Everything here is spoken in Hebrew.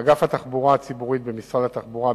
אגף התחבורה הציבורית במשרד התחבורה,